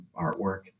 artwork